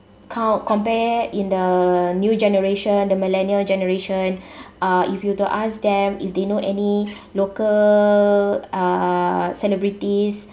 count compare in the new generation the millennial generation uh if you were to ask them if they know any local uh celebrities